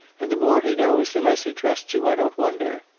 and the more he knows the less he trusts you. i don't wonder.